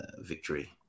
victory